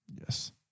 Yes